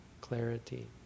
clarity